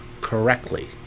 correctly